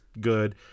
good